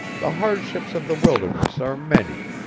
the hardships of the wilderness are many,